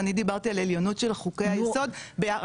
אני דיברתי על עליונות של חוקי היסוד בהערה,